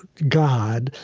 god.